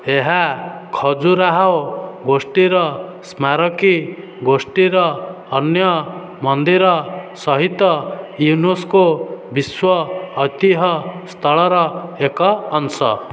ଏହା ଖଜୁରାହୋ ଗୋଷ୍ଠୀର ସ୍ମାରକୀ ଗୋଷ୍ଠୀର ଅନ୍ୟ ମନ୍ଦିର ସହିତ ୟୁନେସ୍କୋ ବିଶ୍ୱ ଐତିହ୍ୟ ସ୍ଥଳର ଏକ ଅଂଶ